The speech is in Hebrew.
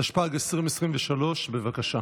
התשפ"ג 2023. בבקשה.